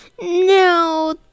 No